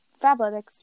Fabletics